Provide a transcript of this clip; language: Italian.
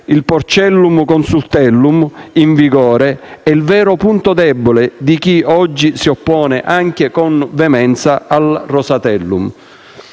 il Porcellum-Consultellum in vigore è il vero punto debole di chi oggi si oppone, anche con veemenza, al Rosatellum.